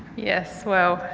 yes, well,